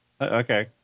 Okay